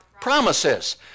promises